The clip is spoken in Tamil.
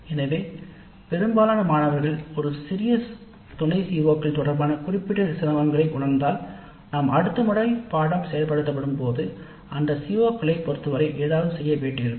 எனவே பெரும்பாலான மாணவர்கள் ஒரு விஷயத்தில் சில சிரமங்களை உணர்ந்தால் CO களின் சிறிய துணைக்குழு அடுத்ததாக அந்த CO களைப் பொறுத்து நாம் பாடநெறி செயல்படுத்தப்படும் நேரம் ஏதாவது செய்ய வேண்டியிருக்கும்